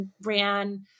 ran